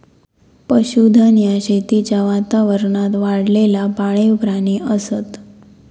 पशुधन ह्या शेतीच्या वातावरणात वाढलेला पाळीव प्राणी असत